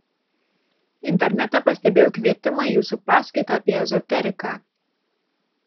internete pastebėjau kvietimą į jūsų paskaitą apie ezoteriką